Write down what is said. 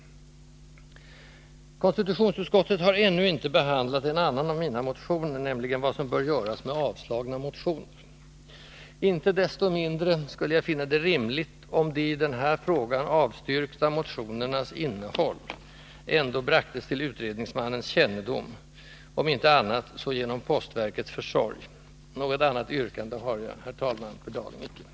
Konstitutionsutskottet har ännu inte behandlat en annan av mina motioner, nämligen motionen om vad som bör göras med avslagna motioner. Icke desto mindre skulle jag finna det rimligt om de i den här frågan avstyrkta motionernas innehåll ändå bragtes till utredningsmannens kännedom, om inte annat så genom postverkets försorg. Något annat yrkande har jag, herr talman, för dagen icke.